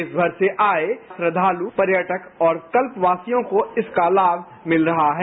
देश भर से आये श्रद्वाल पर्यटक और कल्पवासियों को इसका लाम मिल रहा है